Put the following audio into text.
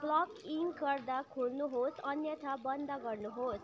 plug in गर्दा खोल्नुहोस् अन्यथा बन्द गर्नुहोस्